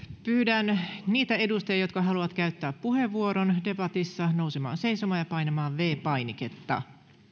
pyydän niitä edustajia jotka haluavat käyttää puheenvuoron debatissa nousemaan seisomaan ja painamaan viides painiketta